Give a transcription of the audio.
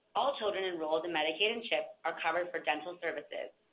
all children enrolled in medicaid and chip are covered for dental services.